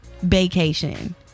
vacation